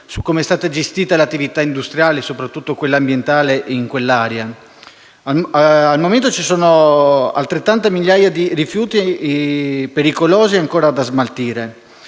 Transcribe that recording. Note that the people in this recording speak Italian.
com'è stata gestita l'attività industriale e soprattutto ambientale in quell'area. Al momento ci sono altrettante migliaia di tonnellate di rifiuti pericolosi ancora da smaltire.